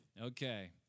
Okay